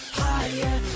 higher